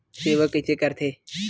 सेवा कइसे करथे?